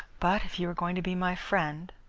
but if you are going to be my friend